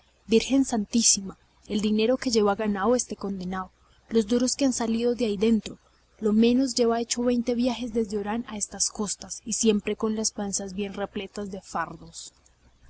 virgen santísima el dinero que lleva ganado este condenao los duros que han salido de ahí dentro lo menos lleva hechos veinte viajes desde orán a estas costas y siempre con la panza bien repleta de fardos